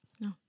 No